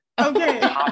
okay